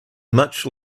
much